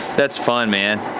that's fun, man.